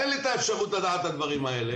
אין לי את האפשרות לדעת את הדברים האלה.